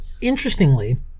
interestingly